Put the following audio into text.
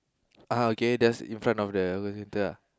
(h) okay just in front of the hawker centre ah